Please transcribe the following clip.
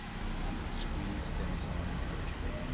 and he squeezed denis's arm encouragingly.